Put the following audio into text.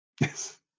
Yes